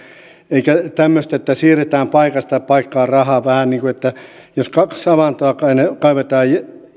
eikä tämmöistä että siirretään paikasta paikkaan rahaa vähän niin kuin jos kaksi avantoa kaivetaan